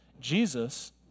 Jesus